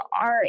art